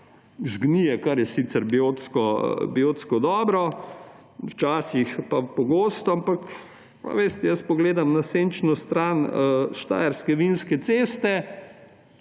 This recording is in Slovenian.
zgnije, kar je sicer biotsko dobro, včasih pa pogosto. Ampak, a veste, jaz pogledam na senčno stran štajerske vinske ceste,